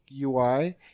UI